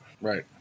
right